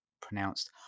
pronounced